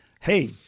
hey